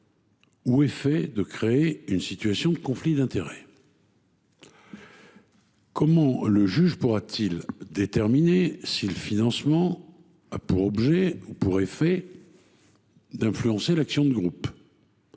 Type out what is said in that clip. effet de créer une situation de conflit d’intérêts. Comment le juge pourra t il déterminer si le financement a pour objet ou pour effet d’influencer l’action de groupe ?